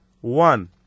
One